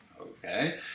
okay